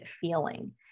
feeling